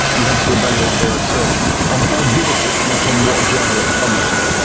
you have to evaluate their research on how good it is, not on what journal it's published in,